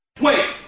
wait